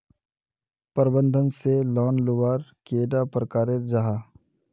प्रबंधन से लोन लुबार कैडा प्रकारेर जाहा?